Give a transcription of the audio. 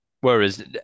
Whereas